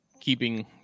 keeping